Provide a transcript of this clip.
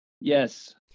Yes